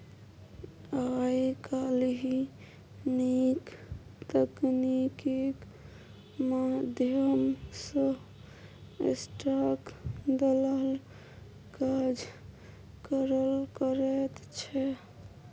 आय काल्हि नीक तकनीकीक माध्यम सँ स्टाक दलाल काज करल करैत छै